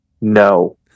No